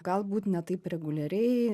galbūt ne taip reguliariai